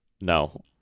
No